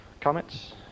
Comments